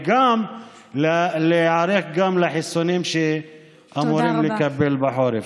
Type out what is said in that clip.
וגם להיערך לחיסונים שאמורים לקבל בחורף?